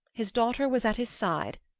his daughter was at his side,